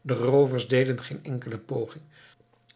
de roovers deden geen enkele poging